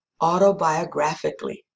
autobiographically